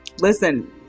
Listen